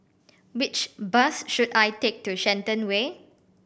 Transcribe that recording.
which bus should I take to Shenton Way